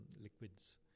liquids